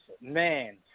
man